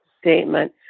statement